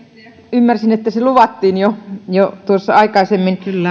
ymmärsin että se luvattiin jo tuossa aikaisemmin